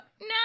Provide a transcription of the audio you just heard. No